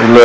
Il